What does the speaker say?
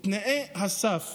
תנאי הסף